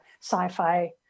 sci-fi